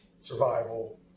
survival